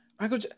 Michael